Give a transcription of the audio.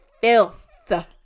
filth